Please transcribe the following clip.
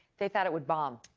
they thought it would bomb.